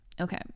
okay